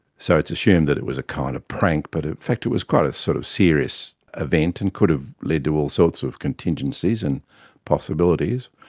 so it's assumed that it was a kind of prank, but in ah fact it was quite a sort of serious event and could have led to all sorts of contingencies and possibilities.